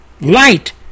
light